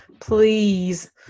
please